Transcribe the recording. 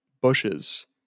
bushes